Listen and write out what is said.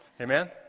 Amen